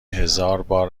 هزاربار